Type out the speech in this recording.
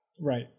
right